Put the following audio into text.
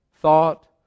thought